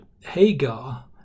Hagar